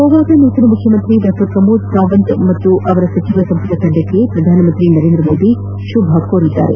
ಗೋವಾದ ನೂತನ ಮುಖ್ಯಮಂತ್ರಿ ಡಾ ಶ್ರಮೋದ್ ಸಾವಂತ್ ಹಾಗೂ ಅವರ ಸಚವ ಸಂಪುಟ ತಂಡಕ್ಕೆ ಶ್ರಧಾನಮಂತ್ರಿ ನರೇಂದ್ರ ಮೋದಿ ಶುಭ ಕೋರಿದ್ದಾರೆ